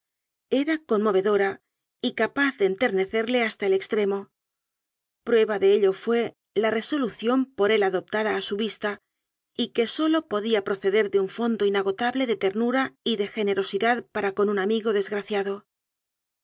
era conmovedora y capaz de enternecerle hasta el extremo prueba de ello fué la resolución por él adoptada a su vista y que sólo podía proceder de un fondo inagotable de ternura y de generosidad para con un amigo